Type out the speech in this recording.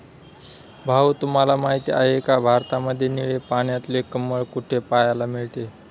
भाऊ तुम्हाला माहिती आहे का, भारतामध्ये निळे पाण्यातले कमळ कुठे पाहायला मिळते?